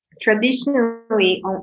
traditionally